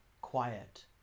Quiet